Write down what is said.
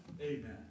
Amen